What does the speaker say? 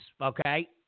okay